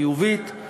חיובית,